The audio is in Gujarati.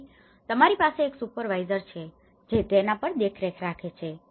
તેથી તમારી પાસે એક સુપરવાઇઝર છે જે તેના પર દેખરેખ રાખે છે